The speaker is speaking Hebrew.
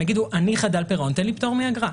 הם יגידו שהם חדלי פירעון ויבקשו פטור מאגרה.